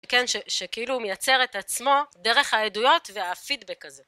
כן, שכאילו הוא מייצר את עצמו דרך העדויות והפידבק הזה.